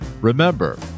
Remember